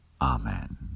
Amen